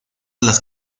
las